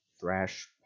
thrash